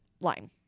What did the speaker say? line